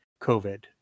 COVID